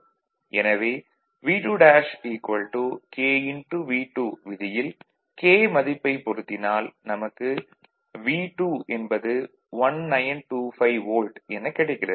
எனவே V2' kV2 விதியில் k மதிப்பைப் பொறுத்தினால் நமக்கு V2 என்பது 1925 வோல்ட் எனக் கிடைக்கிறது